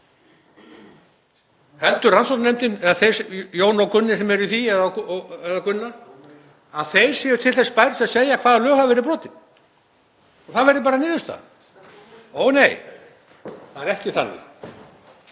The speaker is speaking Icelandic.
Heldur rannsóknarnefndin, Jón og Gunna sem eru í henni, að hún sé til þess bær að segja hvaða lög hafa verið brotin og það verði bara niðurstaðan? Ónei, það er ekki þannig.